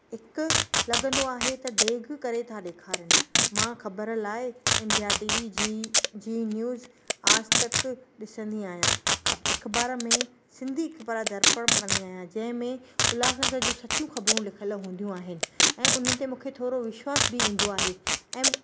हिकु लॻंदो आहे त ॾेखु करे था ॾेखारीनि मां ख़बर लाइ इंडिया टी वी जी ज़ी न्यूज़ आजतक ॾिसंदी आहियां अख़बार में सिंधी अख़बारु दर्पणु पढ़ंदी आहियां जंहिं में उल्हासनगर जूं सचियूं ख़बरूं लिखियलु हूंदियूं आहिनि ऐं उन ते मूंखे थोरो विश्वासु बि ईंदो आहे ऐं